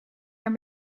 naar